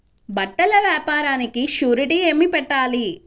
బట్టల వ్యాపారానికి షూరిటీ ఏమి పెట్టాలి?